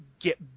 get